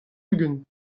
ugent